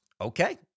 okay